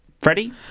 Freddie